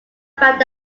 find